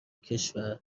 کشور